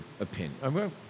opinion